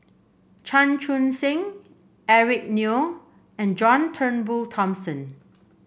Chan Chun Sing Eric Neo and John Turnbull Thomson